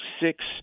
six